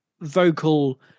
vocal